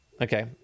okay